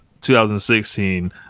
2016